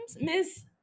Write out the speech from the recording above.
Miss